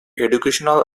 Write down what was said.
educational